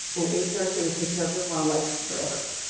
and acr's going to take care of your wildlife forever.